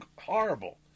horrible